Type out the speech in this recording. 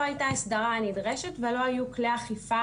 לא הייתה הסדרה הנדרשת ולא היו כלי אכיפה